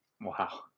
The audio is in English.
Wow